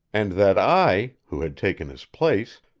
and that i, who had taken his place,